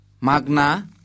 Magna